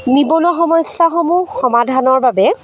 নিবনুৱা সমস্যাসমূহ সমাধানৰ বাবে